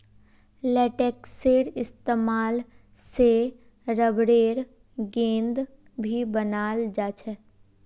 लेटेक्सेर इस्तेमाल से रबरेर गेंद भी बनाल जा छे